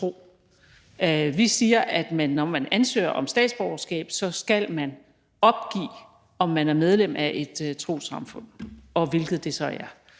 vi siger, at når man ansøger om statsborgerskab, skal man opgive, om man er medlem af et trossamfund, og hvilket trossamfund